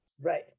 Right